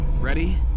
ready